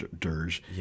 dirge